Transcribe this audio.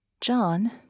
John